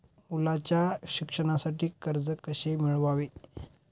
मुलाच्या शिक्षणासाठी कर्ज कसे मिळवावे?